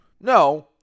No